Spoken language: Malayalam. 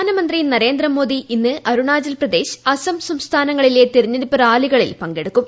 പ്രധാനമന്ത്രി നരേന്ദ്രമോദി ഇന്ന് അർുണാചൽ പ്രദേശ് അസം സംസ്ഥാനങ്ങളിലെ തെരഞ്ഞെട്ടുപ്പ് റാലികളിൽ പങ്കെടുക്കും